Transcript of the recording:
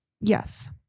Yes